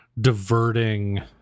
diverting